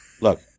look